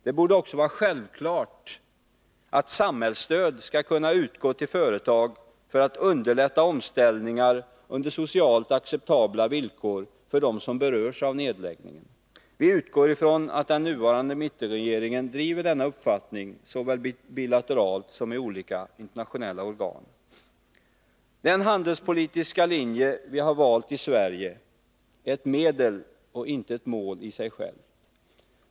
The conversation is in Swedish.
Det borde också vara självklart att samhällsstöd skall kunna utgå till företag för att underlätta omställningar på socialt acceptabla villkor för dem som berörs av nedläggningen. Vi utgår ifrån att den nuvarande mittenregeringen driver denna uppfattning såväl bilateralt som i olika internationella organ. Den handelspolitiska linje som vi har valt i Sverige är ett medel och inte ett mål i sig självt.